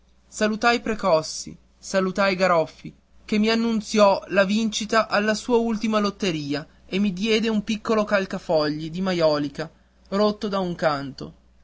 salutai precossi salutai garoffi che mi annunziò la vincita alla sua ultima lotteria e mi diede un piccolo calcafogli di maiolica rotto da un canto